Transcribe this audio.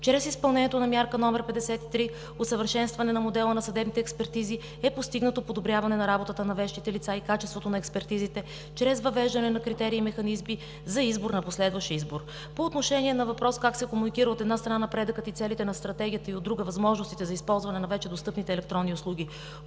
Чрез изпълнението на мярка № 53 – Усъвършенстване на модела на съдебните експертизи, е постигнато подобряване на работата на вещите лица и качеството на експертизите чрез въвеждане на критерии и механизми за избор на последващ избор. По отношение на въпроса как се комуникира, от една страна, напредъкът и целите на Стратегията и, от друга – възможностите за използване на вече достъпните електронни услуги,